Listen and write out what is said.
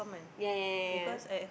ya ya ya ya